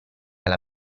alla